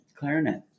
clarinet